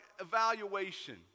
evaluation